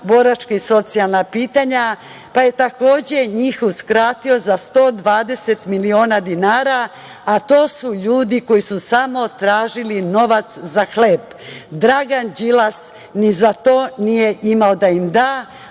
boračka i socijalna pitanja, pa je takođe njih skratio za 120 miliona dinara, a to su ljudi koji su samo tražili novac za hleb. Dragan Đilas ni za to nije imao da im da,